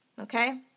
Okay